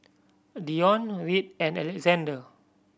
Dionne Reid and Alexander